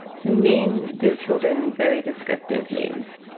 who name their children very descriptive names,